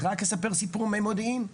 אספר סיפור ממודיעין.